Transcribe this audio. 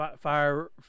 Fire